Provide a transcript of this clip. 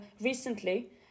Recently